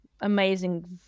amazing